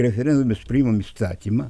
referendumu mes priimam įstatymą